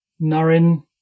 Narin